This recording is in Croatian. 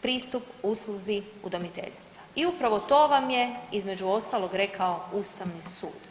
pristup usluzi udomiteljstva i upravo to vam je između ostalog Ustavni sud.